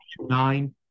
nine